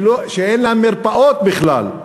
שאין להם מרפאות בכלל,